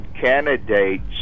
candidates